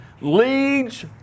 Leads